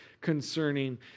concerning